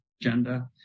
agenda